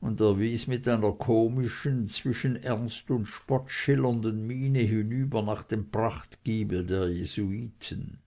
und er wies mit einer komischen zwischen ernst und spott schillernden miene hinüber nach dem prachtgiebel der jesuiten